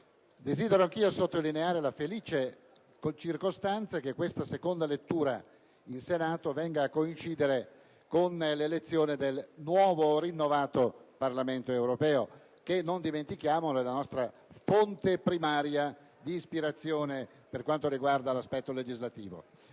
desidero anch'io sottolineare la felice circostanza che questa seconda lettura in Senato venga a coincidere con l'elezione del nuovo e rinnovato Parlamento europeo, che - non dimentichiamolo - è la nostra fonte primaria di ispirazione per quanto riguarda l'aspetto legislativo.